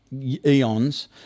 eons